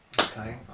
Okay